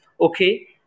okay